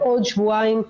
בעוד שבועיים,